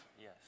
Yes